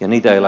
ja niitä ei laitettu vastatusten